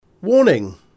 Warning